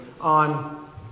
on